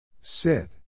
Sit